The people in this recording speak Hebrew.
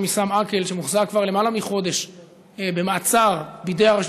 עיסאם עקל שמוחזק כבר למעלה מחודש במעצר בידי הרשות